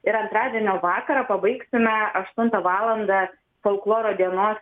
ir antradienio vakarą pabaigsime aštuntą valandą folkloro dienos